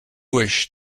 wish